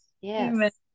Yes